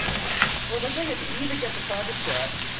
yeah well the thing is you either get the private jet,